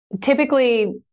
typically